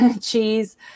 cheese